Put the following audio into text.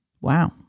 wow